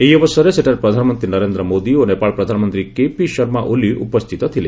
ଏହି ଅବସରରେ ସେଠାରେ ପ୍ରଧାନମନ୍ତ୍ରୀ ନରେନ୍ଦ୍ର ମୋଦି ଓ ନେପାଳ ପ୍ରଧାନମନ୍ତ୍ରୀ କେପି ଶର୍ମା ଓଲି ଉପସ୍ଥିତ ଥିଲେ